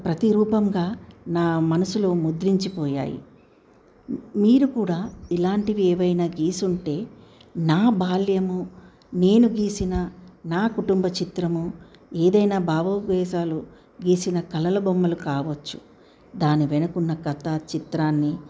ప్రతి రూపంగా నా మనసులో ముద్రించిపోయాయి మీరు కూడా ఇలాంటివి ఏవైనా గీసుంటే నా బాల్యము నేను గీసిన నా కుటుంబ చిత్రము ఏదైనా భావోద్వేశాలు గీసిన కళల బొమ్మలు కావచ్చు దాన్ని వెనక ఉన్న కథ చిత్రాన్ని